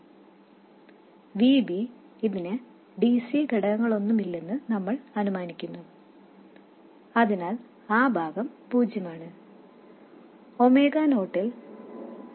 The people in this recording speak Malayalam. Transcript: Vb ക്ക് dc ഘടകങ്ങളൊന്നുമില്ലെന്ന് നമ്മൾ അനുമാനിക്കുന്നു അതിനാൽ ആ ഭാഗം പൂജ്യമാണ്